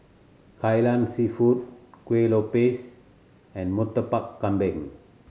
Kai Lan Seafood Kuih Lopes and Murtabak Kambing